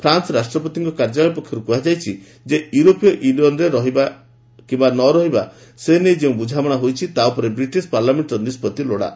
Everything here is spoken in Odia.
ଫ୍ରାନ୍ସ ରାଷ୍ଟ୍ରପତିଙ୍କ କାର୍ଯ୍ୟାଳୟ ପକ୍ଷରୁ କୁହାଯାଇଛି ଯେ ୟୁରୋପୀୟ ୟୁନିୟନ୍ରେ ରହିବା ନ ରହିବା ନେଇ ଯେଉଁ ବୁଝାମଣା ହୋଇଛି ତା' ଉପରେ ବ୍ରିଟିଶ ପାର୍ଲାମେଷ୍ଟର ନିଷ୍ପତ୍ତି ଲୋଡ଼ା